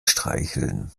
streicheln